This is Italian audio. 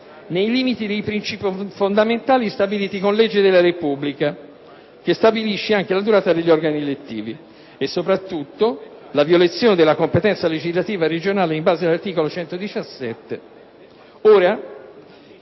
«nei limiti dei principi fondamentali stabiliti con legge della Repubblica, che stabilisce anche la durata degli organi elettivi» e, soprattutto, la violazione della competenza legislativa regionale in base all'articolo 117